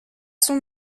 son